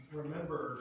remember